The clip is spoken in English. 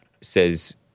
says